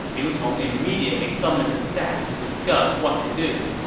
liu cong immediately summoned his staff to discuss what to do.